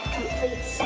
Complete